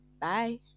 Bye